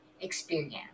experience